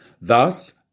Thus